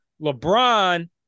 LeBron